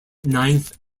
ninth